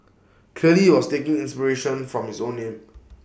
clearly he was taking inspiration from his own name